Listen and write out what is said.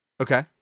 okay